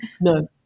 No